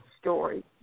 story